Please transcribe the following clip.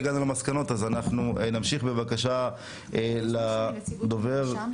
הגענו למסקנות אז אנחנו נמשיך בבקשה לדובר הבא.